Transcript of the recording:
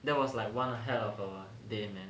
then was like one hell of a day man